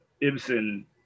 Ibsen